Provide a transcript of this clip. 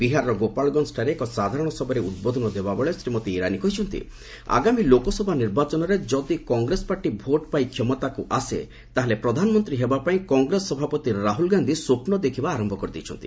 ବିହାରର ଗୋପାଳଗଞ୍ଜଠାରେ ଏକ ସାଧାରଣ ସଭାରେ ଉଦ୍ବୋଧନ ଦେଲାବେଳେ ଶ୍ରୀମତୀ ଇରାନୀ କହିଛନ୍ତି ଆଗାମୀ ଲୋକସଭା ନିର୍ବାଚନରେ ଯଦି କଂଗ୍ରେସ ପାର୍ଟି ଭୋଟ୍ ପାଇ କ୍ଷମତାକୁ ଆସେ ତାହେଲେ ପ୍ରଧାନମନ୍ତ୍ରୀ ହେବା ପାଇଁ କଂଗ୍ରେସ ସଭାପତି ରାହୁଲ ଗାନ୍ଧି ସ୍ୱପ୍ ଦେଖିବା ଆରମ୍ଭ କରିଦେଇଛନ୍ତି